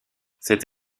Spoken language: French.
cette